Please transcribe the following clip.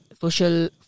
social